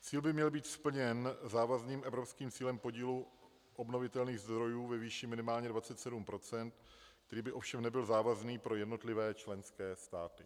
Cíl by měl být splněn závazným evropským cílem podílu obnovitelných zdrojů ve výši minimálně 27 %, který by ovšem nebyl závazný pro jednotlivé členské státy.